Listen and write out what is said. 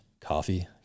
coffee